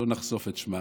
לא נחשוף את שמם,